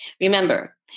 Remember